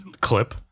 clip